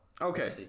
Okay